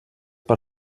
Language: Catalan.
per